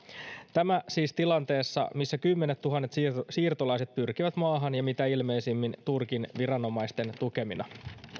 tämä siis tilanteessa missä kymmenettuhannet siirtolaiset pyrkivät maahan ja mitä ilmeisimmin turkin viranomaisten tukemina